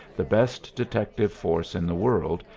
the best detective force in the world,